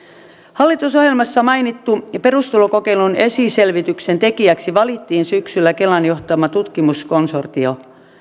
hallitusohjelmassa mainitun perustulokokeilun esiselvityksen tekijäksi valittiin syksyllä kelan johtama tutkimuskonsortio